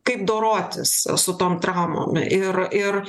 kaip dorotis su tom traumom ir ir